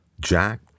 Jack